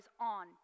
on